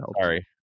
Sorry